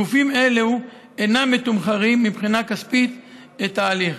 גופים אלו אינם מתמחרים מבחינה כספית את ההליך.